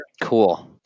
Cool